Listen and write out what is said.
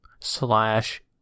Slash